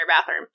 bathroom